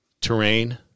Terrain